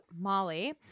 Molly